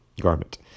garment